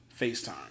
FaceTime